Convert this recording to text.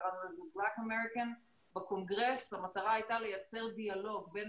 קראנו לזה בלק אמריקן בקונגרס כאשר המטרה הייתה לייצר דיאלוג בין